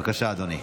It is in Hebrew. בבקשה, אדוני.